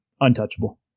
untouchable